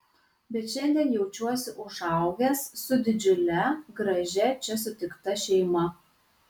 bet šiandien jaučiuosi užaugęs su didžiule gražia čia sutikta šeima